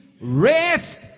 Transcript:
rest